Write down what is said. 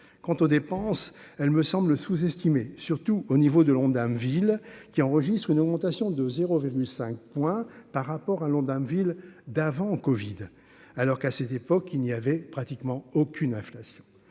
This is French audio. quant aux dépenses, elles me semblent sous-estimer, surtout au niveau de l'Ondam, ville qui enregistre une augmentation de 0,5 point par rapport à l'Ondam, ville d'avant Covid alors qu'à cette époque il n'y avait pratiquement aucune inflation